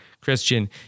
Christian